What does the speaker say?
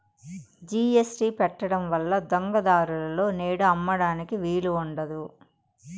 GST పెట్టడం వల్ల దొంగ దారులలో నేడు అమ్మడానికి వీలు ఉండదు